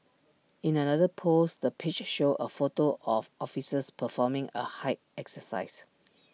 in another post the page showed A photo of officers performing A height exercise